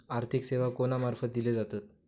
आर्थिक सेवा कोणा मार्फत दिले जातत?